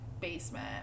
basement